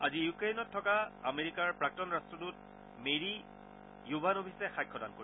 আজি ইউক্ৰেইনত থকা আমেৰিকাৰ প্ৰাক্তন ৰাষ্টদূত মেৰী য়োভানোভিছে সাক্ষ্যদান কৰিব